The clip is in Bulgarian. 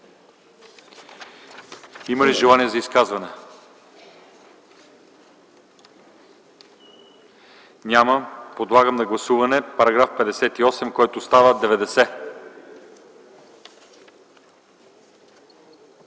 Има ли желаещи за изказвания? Няма. Подлагам на гласуване текста на § 58, който става § 90.